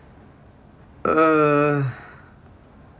uh